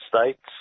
states